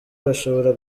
bashobora